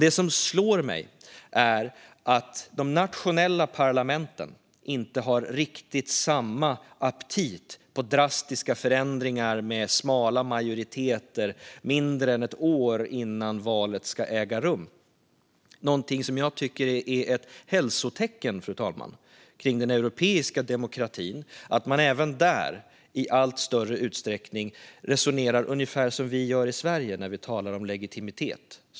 Det som slår mig är att de nationella parlamenten mindre än ett år innan valet ska äga rum inte har riktigt samma aptit på drastiska förändringar med smala majoriteter. Något som jag tycker är ett hälsotecken när det gäller den europeiska demokratin, fru talman, är att man även där i allt större utsträckning resonerar ungefär som vi gör i Sverige när vi talar om legitimitet.